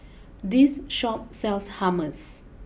this Shop sells Hummus